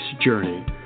journey